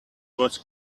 was